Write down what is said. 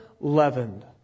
leavened